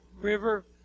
River